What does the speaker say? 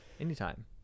anytime